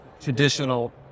traditional